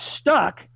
stuck